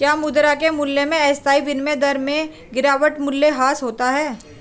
क्या मुद्रा के मूल्य में अस्थायी विनिमय दर में गिरावट मूल्यह्रास होता है?